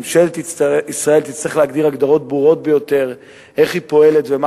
ממשלת ישראל תצטרך להגדיר הגדרות ברורות ביותר איך היא פועלת ומהם